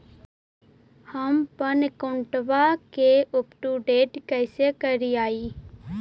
हमपन अकाउंट वा के अपडेट कैसै करिअई?